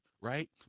right